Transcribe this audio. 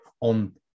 on